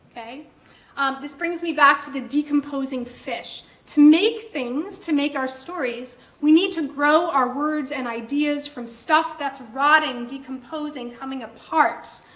um this brings me back to the decomposing fish. to make things, to make our stories, we need to grow our words and ideas from stuff that's rotting, decomposing, coming apart.